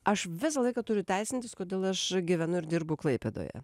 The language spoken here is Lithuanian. aš visą laiką turiu teisintis kodėl aš gyvenu ir dirbu klaipėdoje